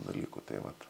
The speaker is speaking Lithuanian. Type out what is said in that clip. dalyku tai vat